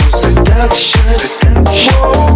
seduction